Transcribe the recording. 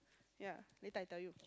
ya later I tell you